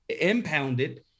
impounded